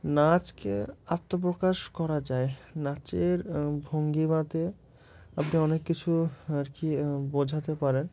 নাচকে আত্মপ্রকাশ করা যায় নাচের ভঙ্গিমাতে আপনি অনেক কিছু আর কি বোঝাতে পারেন